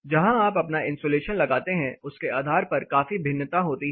जहाँ आप अपना इंसुलेशन लगाते हैं उसके आधार पर काफी भिन्नता होती है